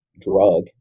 drug